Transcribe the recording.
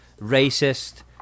racist